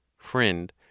FRIEND